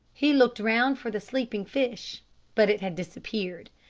he looked round for the sleeping fish but it had disappeared.